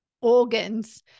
organs